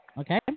okay